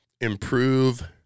improve